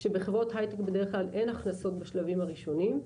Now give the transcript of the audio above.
- כאשר בחברות הייטק בדרך כלל אין הכנסות בשלבים הראשונים,